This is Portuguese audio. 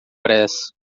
pressa